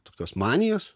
tokios manijos